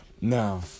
Now